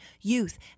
youth